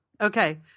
Okay